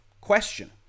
question